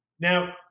Now